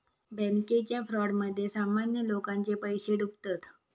बॅन्केच्या फ्रॉडमध्ये सामान्य लोकांचे पैशे डुबतत